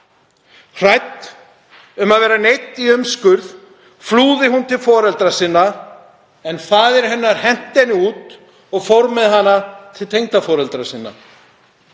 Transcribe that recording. Hrædd um að vera neydd í umskurð flúði hún til foreldra sinna en faðir hennar henti henni út og fór með hana til tengdaforeldranna.